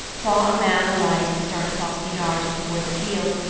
saw a man alight and start across the yard toward the field,